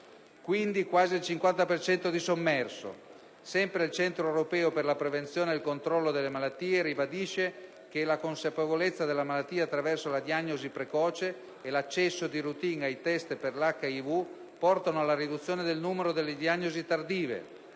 esiste quasi il 50 per cento di sommerso). Il Centro europeo per il controllo delle malattie ribadisce che la consapevolezza della malattia attraverso la diagnosi precoce e l'accesso di *routine* ai test dell'HIV portano alla riduzione del numero delle diagnosi tardive;